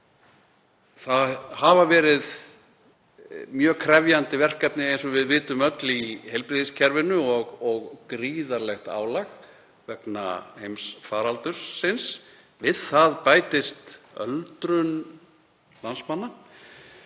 Það hafa verið mjög krefjandi verkefni, eins og við vitum öll, í heilbrigðiskerfinu og gríðarlegt álag vegna heimsfaraldursins. Við það bætist öldrun landsmanna